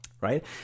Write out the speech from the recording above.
right